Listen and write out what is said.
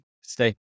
stay